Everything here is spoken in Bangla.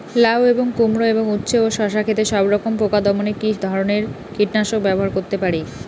লাউ এবং কুমড়ো এবং উচ্ছে ও শসা ক্ষেতে সবরকম পোকা দমনে কী ধরনের কীটনাশক ব্যবহার করতে পারি?